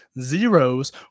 zeros